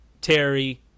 Terry